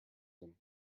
him